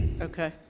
Okay